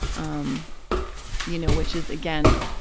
um you know, which is, again,